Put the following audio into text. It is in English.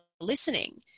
listening